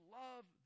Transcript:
love